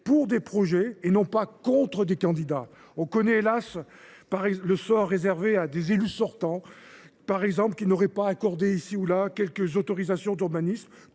pour des projets et non pas contre des candidats. On connaît, hélas ! le sort réservé à certains élus sortants qui n’auraient pas accordé, ici ou là, quelques autorisations d’urbanisme,